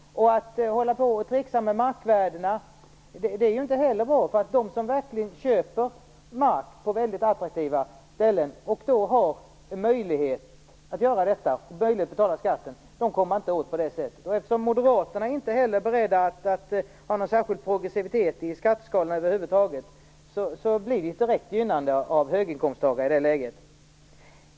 Att hålla på och tricksa med markvärdena är inte heller bra. De som köper mark på väldigt attraktiva ställen, de som har en möjlighet att göra detta och att betala skatten, kommer man inte åt på det här sättet. Eftersom Moderaterna inte heller är beredda att ha någon särskild progressivitet i skatteskalorna över huvud taget, blir det ett direkt gynnande av höginkomsttagarna i det läget.